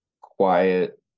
quiet